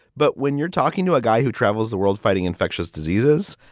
but when you're talking to a guy who travels the world fighting infectious diseases,